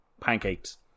pancakes